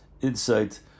insight